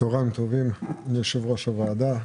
צהרים טובים ליושב-ראש הוועדה,